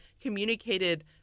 communicated